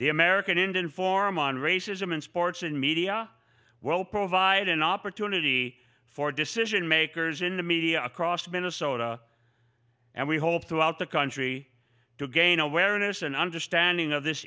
the american indian forum on racism in sports and media will provide an opportunity for decision makers in the media across minnesota and we hope throughout the country to gain awareness and understanding of this